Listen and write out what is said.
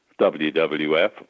WWF